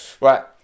Right